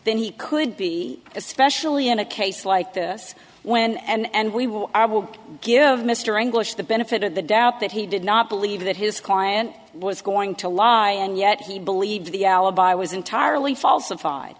than he could be especially in a case like this when and we will i will give mr english the benefit of the doubt that he did not believe that his client was going to lie and yet he believed the alibi was entirely falsified